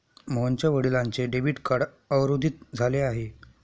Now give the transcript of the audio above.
मोहनच्या वडिलांचे debit card अवरोधित झाले आहे